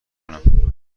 کنم